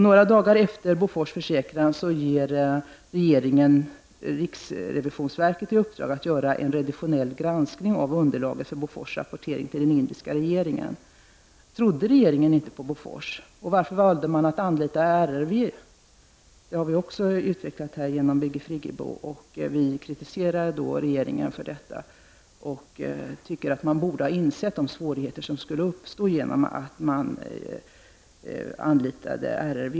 Några dagar efter Bofors försäkran ger regeringen riksrevisionsverket i uppdrag att göra en revisionell granskning av underlaget för Bofors rapportering till den indiska regeringen. Trodde regeringen inte på Bofors, och varför valde man att anlita RRV? Birgit Friggebo har utvecklat saken. Vi kritiserar regeringen och tycker att den borde ha insett att det skulle uppstå svårigheter då den anlitade RRV.